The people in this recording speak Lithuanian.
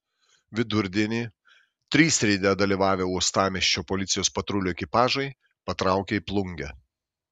vidurdienį trys reide dalyvavę uostamiesčio policijos patrulių ekipažai patraukė į plungę